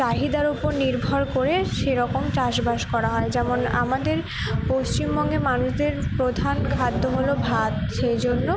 চাহিদার ওপর নির্ভর করে সেরকম চাষবাস করা হয় যেমন আমাদের পশ্চিমবঙ্গের মানুষদের প্রধান খাদ্য হলো ভাত সেই জন্য